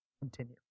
Continue